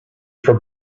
for